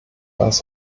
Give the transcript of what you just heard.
weiß